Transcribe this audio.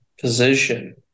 position